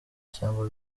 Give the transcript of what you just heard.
cyangwa